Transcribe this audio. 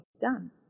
done